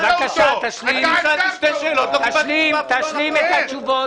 בבקשה, תשלים את התשובות.